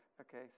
Okay